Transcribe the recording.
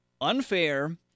unfair